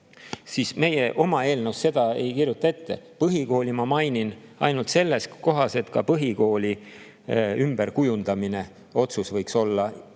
Meie oma eelnõus seda ette ei kirjuta. Põhikooli ma mainin ainult selles kohas, et ka põhikooli ümberkujundamise otsus võiks olla